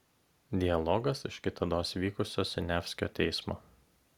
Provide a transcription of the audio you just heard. dialogas iš kitados vykusio siniavskio teismo